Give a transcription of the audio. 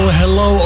hello